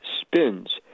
spins